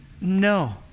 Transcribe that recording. No